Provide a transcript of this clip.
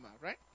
right